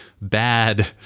bad